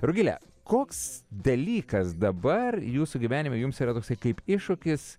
rugile koks dalykas dabar jūsų gyvenime jums yra toksai kaip iššūkis